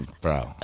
Bro